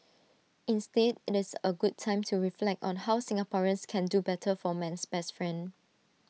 instead IT is A good time to reflect on how Singaporeans can do better for man's best friend